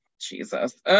Jesus